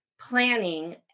planning